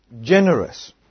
generous